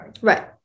Right